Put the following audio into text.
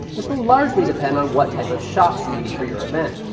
this will largely depend on what type of shots you need for your event.